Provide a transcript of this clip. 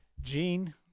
Gene